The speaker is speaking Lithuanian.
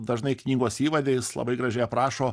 dažnai knygos įvade jis labai gražiai aprašo